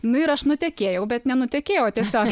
nu ir aš nutekėjau bet ne nutekėjau o tiesiog